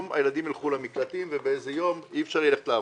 הילדים ילכו למקלטים ואי אפשר יהיה ללכת לעבודה.